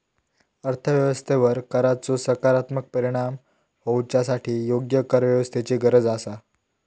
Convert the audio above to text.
अर्थ व्यवस्थेवर कराचो सकारात्मक परिणाम होवच्यासाठी योग्य करव्यवस्थेची गरज आसा